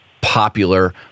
popular